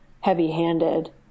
heavy-handed